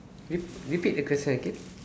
rep~ repeat the question again